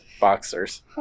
Boxers